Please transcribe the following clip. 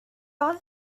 all